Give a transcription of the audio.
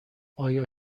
آیا